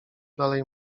dalej